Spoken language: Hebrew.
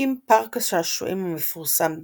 מקים פארק השעשועים המפורסם "דיסנילנד"